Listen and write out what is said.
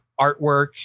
artwork